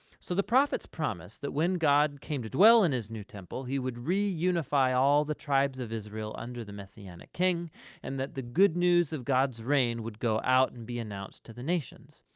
so, the prophets promise that when god came to dwell in his new temple, he would reunify all the tribes of israel under the messianic king and that the good news of god's reign would go out and be announced to the nations.